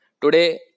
today